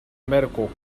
medical